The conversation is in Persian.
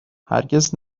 هرگز